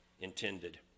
intended